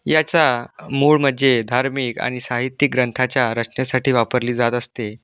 याचा मूळ म्हणजे धार्मिक आणि साहित्यिक ग्रंथाच्या रचनेसाठी वापरली जात असते